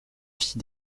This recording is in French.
filles